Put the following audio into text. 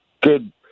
good